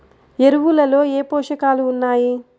ఎరువులలో ఏ పోషకాలు ఉన్నాయి?